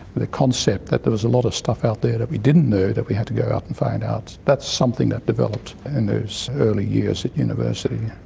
the concept that there was a lot of stuff out there that we didn't know that we had to go out and find out, that's something that developed in those early years at university.